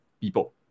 people